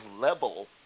level